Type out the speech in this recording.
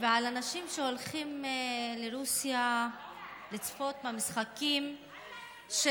ועל אנשים שהולכים לרוסיה לצפות במשחקים של